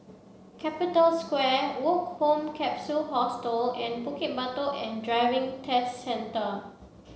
Capital Square Woke Home Capsule Hostel and Bukit Batok Driving and Test Centre